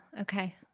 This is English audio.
Okay